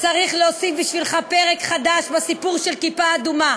צריך להוסיף בשבילך פרק חדש בסיפור של כיפה אדומה,